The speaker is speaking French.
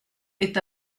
est